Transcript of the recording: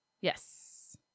Yes